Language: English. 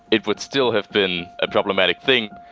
it would still have been a problematic thing,